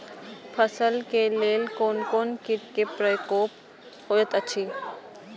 फसल के लेल कोन कोन किट के प्रकोप होयत अछि?